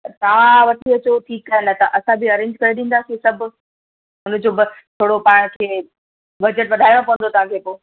त तव्हां वठी अचो ठीकु आहे न त असां बि अरेंज करे ॾींदासीं सभु उनजो बसि थोरो पाण खे बजट वधाइणो पवंदो तव्हांखे पोइ